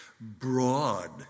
Broad